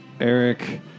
Eric